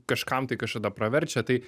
kažkam tai kažkada praverčia tai